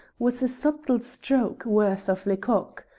was a subtle stroke, worthy of lecocq.